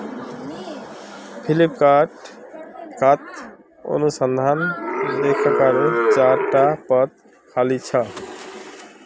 फ्लिपकार्टत अनुसंधान लेखाकारेर चार टा पद खाली छ